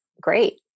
Great